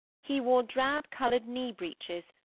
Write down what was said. he wore drab-coloured knee-breeches,